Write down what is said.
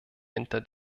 hinter